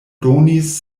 donis